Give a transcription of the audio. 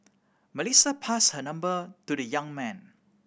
Melissa pass her number to the young man